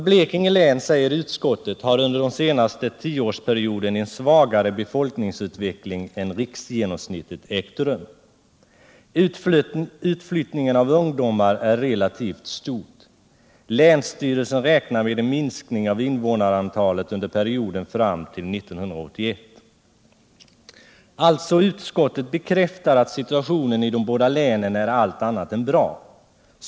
Blekinge län, säger utskottet, har under den senaste tioårsperioden haft en svagare befolkningsutveckling än riksgenomsnittet. Utflyttningen av ungdomar är relativt stor. Länsstyrelserna räknar med en minskning av invånarantalet under perioden fram till 1981. Utskottet bekräftar alltså att situationen ide båda länen är allt annat än bra.